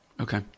Okay